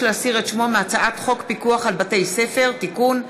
להסיר את שמו מהצעת חוק פיקוח על בתי-ספר (תיקון,